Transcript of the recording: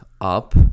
up